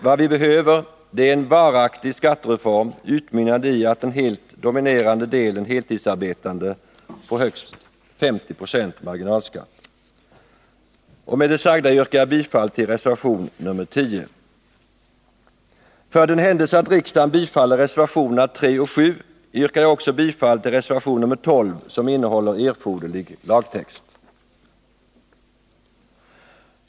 Vad vi behöver är en varaktig skattereform utmynnande i att den helt dominerande delen heltidsarbetande får högst 50 76 marginalskatt. Med det sagda yrkar jag bifall till reservation nr 10. För den händelse att riksdagen bifaller reservationerna 3 och 7 yrkar jag också bifall till reservation nr 12, som innehåller erforderlig lagtext.